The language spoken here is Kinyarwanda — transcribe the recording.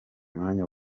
mwanya